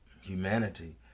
humanity